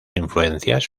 influencias